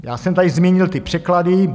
Já jsem tady zmínil ty překlady.